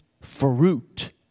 fruit